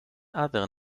other